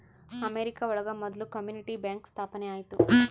America ಒಳಗ ಮೊದ್ಲು community bank ಸ್ಥಾಪನೆ ಆಯ್ತು